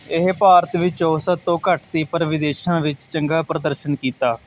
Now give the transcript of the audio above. ਇਹ ਭਾਰਤ ਵਿੱਚ ਔਸਤ ਤੋਂ ਘੱਟ ਸੀ ਪਰ ਵਿਦੇਸ਼ਾਂ ਵਿੱਚ ਚੰਗਾ ਪ੍ਰਦਰਸ਼ਨ ਕੀਤਾ